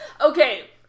Okay